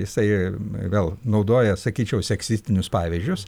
jisai vėl naudoja sakyčiau seksistinius pavyzdžius